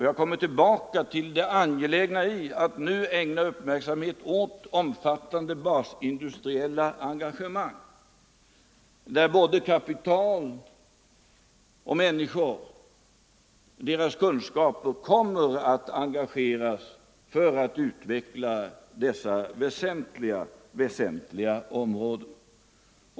Jag kommer tillbaka till det angelägna i att nu ägna uppmärksamhet åt omfattande basindustriella engagemang, där både kapital och människors kunskaper kommer att engageras för att utveckla dessa väsentliga områden.